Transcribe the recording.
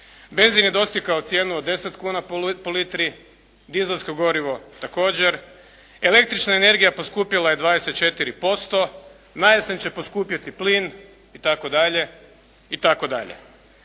Benzin je dostigao cijenu od 10 kuna po litri, dizelsko gorivo također, električna energija poskupjela je 24% na jesen će poskupjeti plin itd. Sve